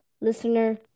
listener